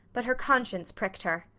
but her conscience pricked her.